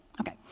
Okay